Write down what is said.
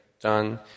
done